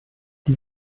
die